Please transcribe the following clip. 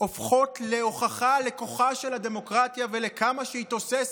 הופכות להוכחה לכוחה של הדמוקרטיה ולכמה שהיא תוססת,